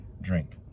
drink